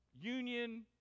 Union